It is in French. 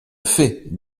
fait